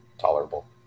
tolerable